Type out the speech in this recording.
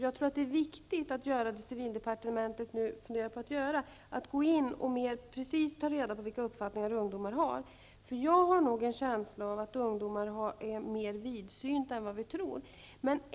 Jag tror att det är viktigt att göra det som man inom civildepartementet funderar på att göra, nämligen att gå in och mer precist ta reda på vilka uppfattningar ungdomar har. Jag har nämligen en känsla av att ungdomar är mer vidsynta än vad vi tror.